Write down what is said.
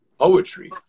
poetry